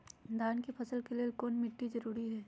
धान के फसल के लेल कौन मिट्टी जरूरी है?